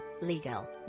legal